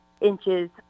inches